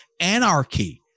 anarchy